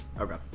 Okay